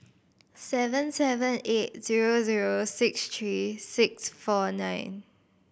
seven seven eight zero zero six three six four nine